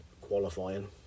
Qualifying